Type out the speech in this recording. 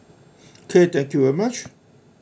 K thank you very much